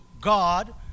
God